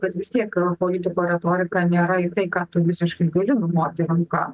kad vis tiek politikų retorika nėraį tai ką tu visiškai gali numoti ranka